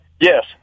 Yes